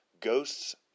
Ghosts